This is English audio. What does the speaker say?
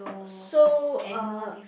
so uh